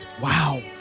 Wow